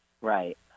Right